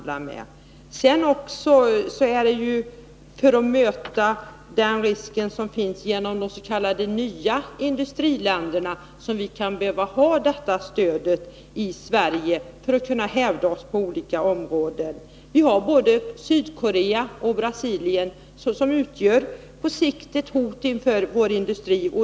Vi kan också behöva detta stöd i Sverige för att möta risken för konkurrens från de s.k. nya industriländerna. Det kan bli nödvändigt för att vi skall kunna hävda oss på olika områden. Både Sydkorea och Brasilien utgör på sikt ett hot mot vår industri.